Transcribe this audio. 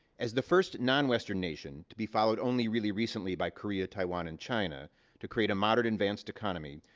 as the first non-western nation to be followed only really recently by korea, taiwan, and china to create a modern, advanced economy,